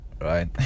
right